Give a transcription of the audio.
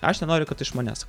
aš nenoriu kad iš manęs